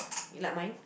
you like mine